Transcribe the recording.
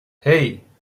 hey